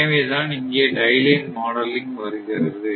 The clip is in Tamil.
எனவே தான் இங்கே டை லைன் மாடலிங் வருகிறது